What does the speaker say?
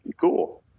cool